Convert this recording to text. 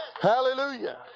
hallelujah